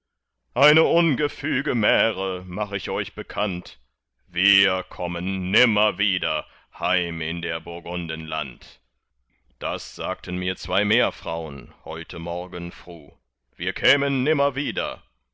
eine ungefüge märe mach ich euch bekannt wir kommen nimmer wieder heim in der burgunden land das sagten mir zwei meerfraun heute morgen fruh wir kämen nimmer wieder